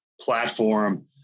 platform